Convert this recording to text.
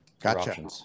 Gotcha